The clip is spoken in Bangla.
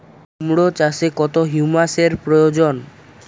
কুড়মো চাষে কত হিউমাসের প্রয়োজন?